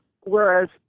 Whereas